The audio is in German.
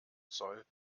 zoll